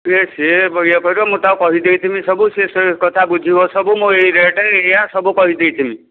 ସିଏ ଏଇ କରିବ ମୁଁ ତାକୁ କହିଦେଇଥିବି ସବୁ ସିଏ କଥା ବୁଝିବ ସବୁ ମୁଁ ଏଇ ରେଟ୍ ଏଇୟା ସବୁ କହିଦେଇଥିବି